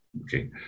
okay